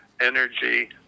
energy